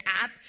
app